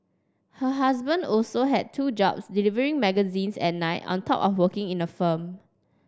her husband also had two jobs delivering magazines at night on top of working in a firm